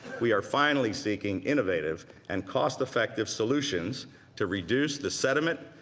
we are finally seeking innovative and cost effective solutions to reduce the sediment,